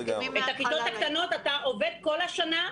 אתה עובד כל השנה,